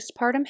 postpartum